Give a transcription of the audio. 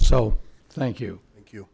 so thank you thank you